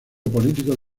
político